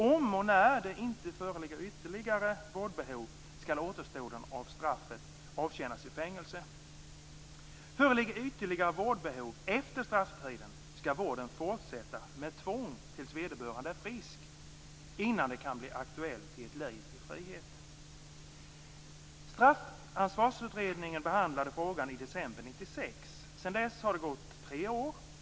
Om/när det inte föreligger ytterligare vårdbehov skall återstoden av straffet avtjänas i fängelse. Föreligger ytterligare vårdbehov efter strafftiden skall vården fortsätta med tvång tills vederbörande är frisk innan det kan bli aktuellt med ett liv i frihet. Straffansvarsutredningen behandlade frågan i december 1996. Sedan dess har det gått tre år.